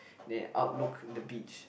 they outlook the beach